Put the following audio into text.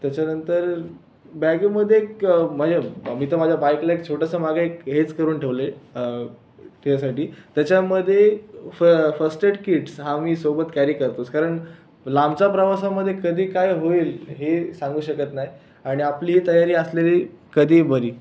त्याच्यानंतर बॅगेमध्ये एक माझ्या मी तर माझ्या बाइकला एक छोटंसं मागं एक हेच करून ठेवलं आहे त्याच्यासाठी त्याच्यामध्ये फ फर्स्टेड किट्स हा मी सोबत कॅरी करतोच कारण लांबच्या प्रवासामध्ये कधी काय होईल हे सांगू शकत नाही आणि आपली ही तयारी असलेली कधी ही बरी